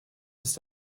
ist